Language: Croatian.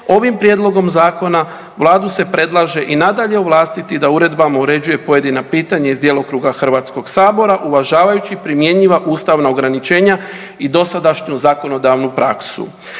ovim prijedlogom zakona vladu se predlaže i nadalje ovlastiti da uredbama uređuje pojedina pitanja iz djelokruga HS-a uvažavajući primjenjiva ustavna ograničenja i dosadašnju zakonodavnu praksu.